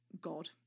god